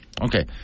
Okay